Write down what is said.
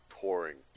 touring